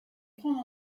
prendre